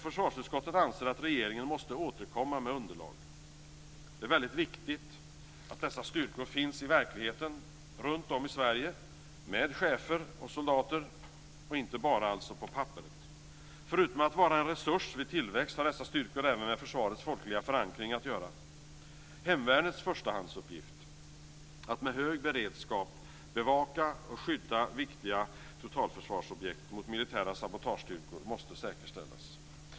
Försvarsutskottet anser att regeringen måste återkomma med underlag. Det är väldigt viktigt att dessa styrkor finns i verkligheten runtom i Sverige med chefer och soldater - alltså inte bara på papperet. Förutom att vara en resurs vid tillväxt har dessa styrkor även med försvarets folkliga förankring att göra. Hemvärnets förstahandsuppgift, att med hög beredskap bevaka och skydda viktiga totalförsvarsobjekt mot militära sabotagestyrkor, måste säkerställas.